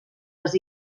les